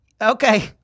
Okay